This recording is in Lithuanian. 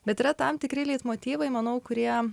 bet yra tam tikri leitmotyvai manau kurie